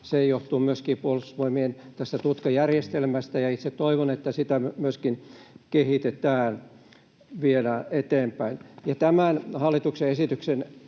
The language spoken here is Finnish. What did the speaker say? se johtuu myöskin tästä Puolustusvoimien tutkajärjestelmästä — ja itse toivon, että myöskin sitä kehitetään, viedään eteenpäin. Tämän hallituksen esityksen